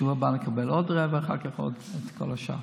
בשבוע הבא נקבל עוד רבע ואחר כך את כל השאר.